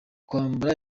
kwambara